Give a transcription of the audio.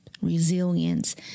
resilience